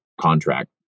contract